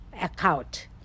account